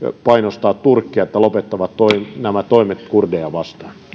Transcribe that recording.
painostaa turkkia että he lopettavat nämä toimet kurdeja vastaan